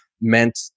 meant